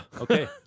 Okay